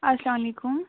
اَلسلامُ علیکُم